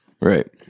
Right